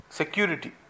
security